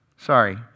Sorry